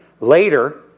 Later